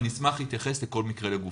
ואני אשמח להתייחס לכל מקרה לגופו.